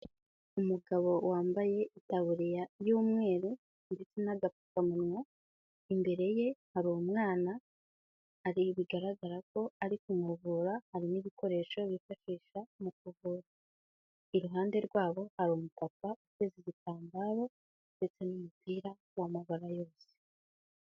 Umugabo wambaye itaburiya y'umweru ndetse n'agapfukamunwa. Imbere ye hari umwana bigaragara ko ari kumuvura, harimo ibikoresho bifashisha mu kuvura. Iruhande rwabo hari umupapa uteza igitambaro ndetse n'umupira w'amabara yose.